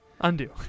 Undo